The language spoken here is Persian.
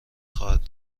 خواهید